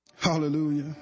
Hallelujah